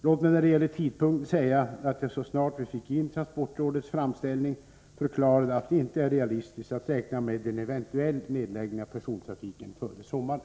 Låt mig när det gäller tidpunkten säga att jag så snart vi fick in transportrådets framställning förklarade att det inte är realistiskt att räkna med en eventuell nedläggning av persontrafiken före sommaren.